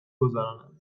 گذرانم